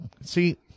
See